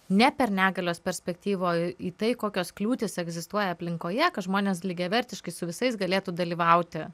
ne per negalios perspektyvą o į tai kokios kliūtys egzistuoja aplinkoje kad žmonės lygiavertiškai su visais galėtų dalyvauti